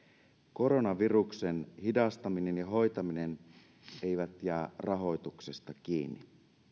koronaviruksen hidastaminen ja hoitaminen eivät jää rahoituksesta kiinni